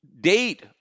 date